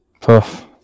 Puff